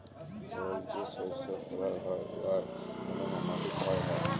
বল যে শস্য ফলাল হ্যয় উয়ার জ্যনহে মাটি ক্ষয় হ্যয়